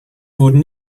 wurden